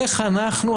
איך אנחנו,